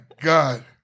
God